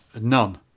none